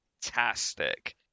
fantastic